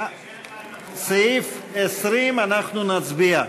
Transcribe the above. סעיף 20 אנחנו נצביע.